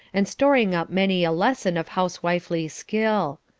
and storing up many a lesson of housewifely skill.